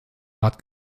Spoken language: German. hart